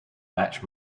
match